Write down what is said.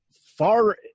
far